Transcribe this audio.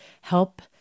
help